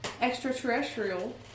Extraterrestrial